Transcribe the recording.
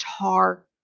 tar